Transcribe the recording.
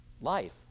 Life